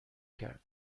کرد